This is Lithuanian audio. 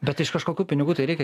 bet tai iš kažkokių pinigų tai reikia